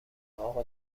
اقا